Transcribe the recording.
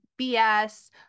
bs